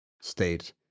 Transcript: state